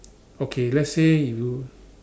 okay let's say you